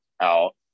out